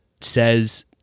says